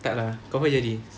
tak lah confirm jadi